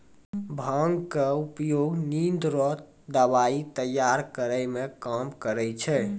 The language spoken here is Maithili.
भांगक उपयोग निंद रो दबाइ तैयार करै मे काम करै छै